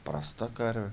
prasta karvė